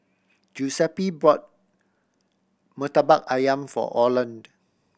Giuseppe brought Murtabak Ayam for Orland